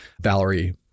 valerie